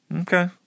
Okay